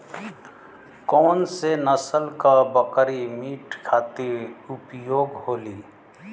कौन से नसल क बकरी मीट खातिर उपयोग होली?